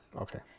Okay